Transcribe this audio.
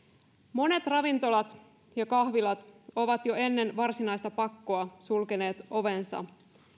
monet ravintolat ja kahvilat ovat jo ennen varsinaista pakkoa sulkeneet ovensa